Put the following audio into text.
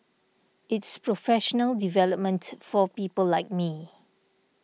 it's professional development for people like me